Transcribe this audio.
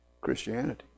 Christianity